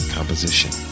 Composition